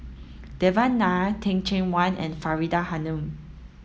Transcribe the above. Devan Nair Teh Cheang Wan and Faridah Hanum